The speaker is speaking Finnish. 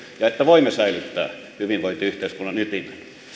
ja että voimme säilyttää hyvinvointiyhteiskunnan ytimen